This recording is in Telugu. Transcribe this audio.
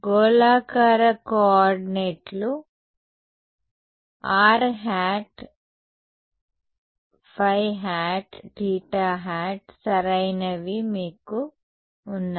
గోళాకార కో ఆర్డినేట్లు r ϕ θ సరైనవి మీకు ఉన్నాయి